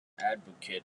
advocate